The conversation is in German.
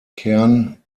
kern